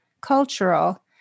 cultural